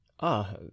Ah